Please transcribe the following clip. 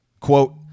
Quote